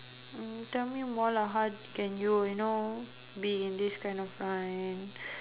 uh tell me more lah how can you you know be in this kind of line